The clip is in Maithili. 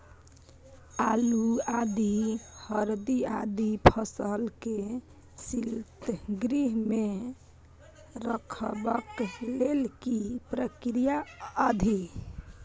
आलू, आदि, हरदी आदि फसल के शीतगृह मे रखबाक लेल की प्रक्रिया अछि?